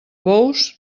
bous